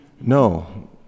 No